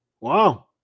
Wow